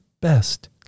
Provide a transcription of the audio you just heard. best